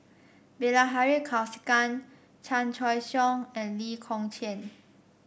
Bilahari Kausikan Chan Choy Siong and Lee Kong Chian